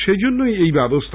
সেজন্যই এই ব্যবস্থা